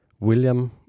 William